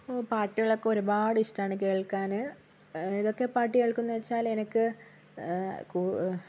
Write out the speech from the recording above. ഓ പാട്ടുകളൊക്കെ ഒരുപാട് ഇഷ്ട്ടമാണ് കേൾക്കാന് ഏതൊക്കെ പാട്ടു കേൾക്കുമെന്ന് ചോദിച്ചാല് എനിക്ക് കൂ